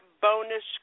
bonus